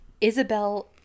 Isabel